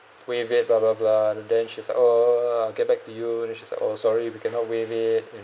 waive it blah blah blah and then she's like oh oh I get back to you and then she's like oh sorry we cannot waive it